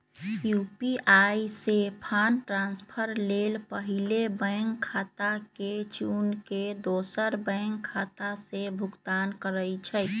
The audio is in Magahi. यू.पी.आई से फंड ट्रांसफर लेल पहिले बैंक खता के चुन के दोसर बैंक खता से भुगतान करइ छइ